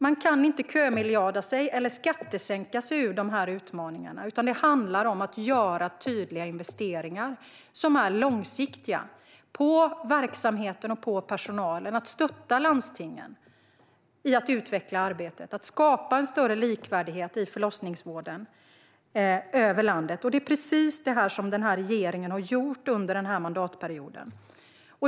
Man kan inte kömiljarda sig eller skattesänka sig ur de här utmaningarna, utan det handlar om att göra tydliga, långsiktiga investeringar på verksamheten och på personalen, att stötta landstingen i att utveckla arbetet och skapa en större likvärdighet i förlossningsvården över landet. Och det är precis detta som regeringen har gjort under den här mandatperioden.